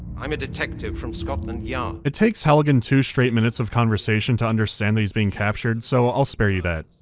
i'm a detective from scotland yard. it takes halligan two straight minutes of conversation to understand that he's being captured, so i'll spare you that.